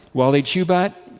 walid shoebat,